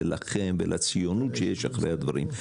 לכם ולציונות שיש מאחורי הדברים,